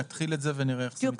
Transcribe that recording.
נתחיל את זה ונראה איך זה מתקדם.